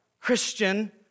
Christian